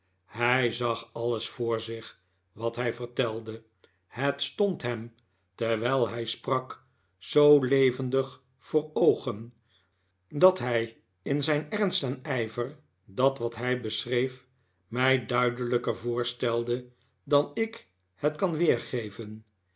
hij zag alles voor zich wat hij vertelde het stond hem terwijl hij sprak zoo levendig voor oogen dat hij in zijn ernst en ijver dat wat hij beschreef mij duidelijker voorstelde dan ik het kan weergeven